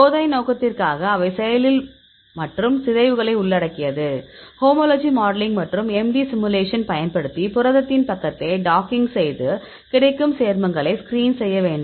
சோதனை நோக்கத்திற்காக அவை செயலில் மற்றும் சிதைவுகளை உள்ளடக்கியது ஹோமோலஜி மாடலிங் மற்றும் MD சிமுலேஷன் பயன்படுத்தி புரதத்தின் பக்கத்தை டாக்கிங் செய்து கிடைக்கும் சேர்மங்களை ஸ்கிரீன் செய்ய வேண்டும்